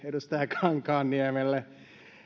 edustaja kankaanniemelle